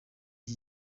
iki